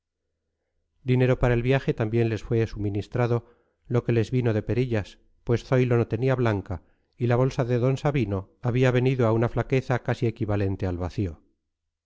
dinero para el viaje también les fue suministrado lo que les vino de perillas pues zoilo no tenía blanca y la bolsa de d sabino había venido a una flaqueza casi equivalente al vacío